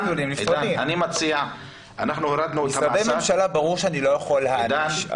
אני מציע --- משרדי ממשלה ברור שאני לא יכול להעניש.